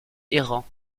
errant